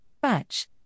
batch